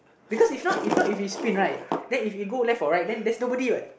because if not if not if it spin right then if it go left or right then there's nobody what